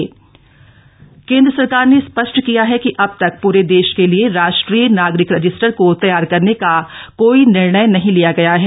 N R C केंद्र सरकार ने स्पष्ट किया है कि अब तक पूरे देश के लिए राष्ट्रीय नागरिक रजिस्टर को तैयार करने का कोई निर्णय नहीं लिया गया है